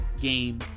game